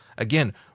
Again